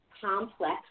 complex